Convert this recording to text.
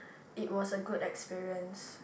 it was a good experience